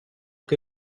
che